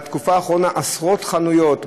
בתקופה האחרונה עשרות חנויות,